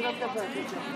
אני לא מדברת יותר.